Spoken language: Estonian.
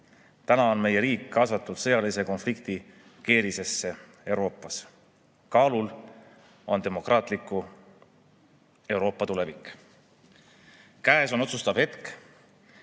Täna on meie riik kaasatud sõjalise konflikti keerisesse Euroopas. Kaalul on demokraatliku Euroopa tulevik. Käes on otsustav hetk,